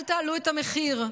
אל תעלו את המחיר.